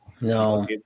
No